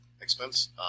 expense